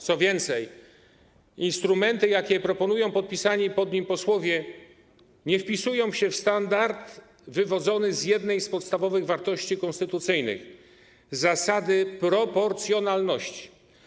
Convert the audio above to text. Co więcej, instrumenty, jakie proponują podpisani pod nim posłowie, nie wpisują się w standard wywodzony z jednej z podstawowych wartości konstytucyjnych: zasady proporcjonalności.